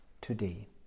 today